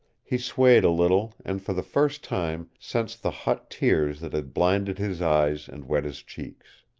he swayed a little, and for the first time sensed the hot tears that had blinded his eyes and wet his cheeks.